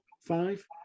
five